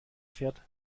fährt